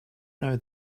know